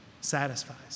satisfies